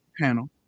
panel